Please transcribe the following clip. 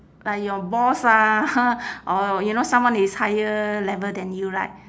like your boss lah or you know someone is higher level than you right